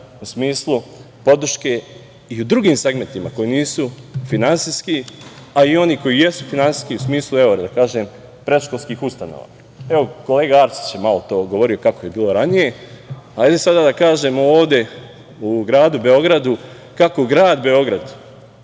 u smislu podrške i u drugim segmentima koji nisu finansijski, a i oni koji jesu finansijski u smislu, evo da kažem, predškolskih ustanova. Kolega Arsić je malopre govorio kako je bilo ranije, ajde sada da kažemo ovde u gradu Beogradu kako grad Beograd